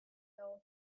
dago